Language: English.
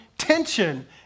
Tension